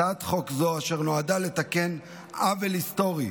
הצעת חוק זו, אשר נועדה לתקן עוול היסטורי